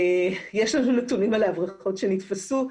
יש לנו נתונים על הברחות שנתפסו,